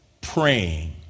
praying